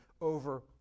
over